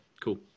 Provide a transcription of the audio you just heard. cool